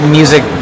music